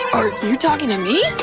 are you talking to me?